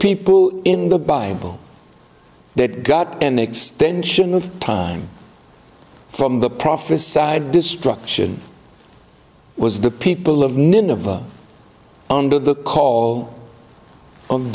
people in the bible that got an extension of time from the prophesied destruction was the people of nineveh under the call